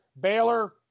Baylor